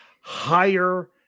higher